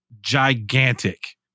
gigantic